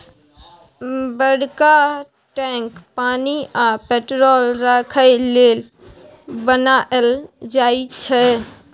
बरका टैंक पानि आ पेट्रोल राखय लेल बनाएल जाई छै